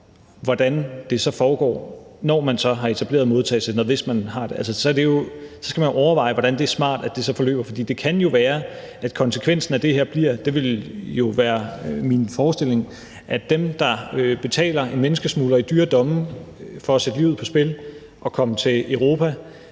hvordan det skal foregå, når man har etableret modtagecenteret, hvis man har gjort det. Og så skal man overveje, hvordan det kan forløbe smart. For det kan jo være, at konsekvensen af det her bliver – det vil være min forestilling – at det antal mennesker, der betaler en menneskesmugler i dyre domme og sætter livet på spil for at komme til Europa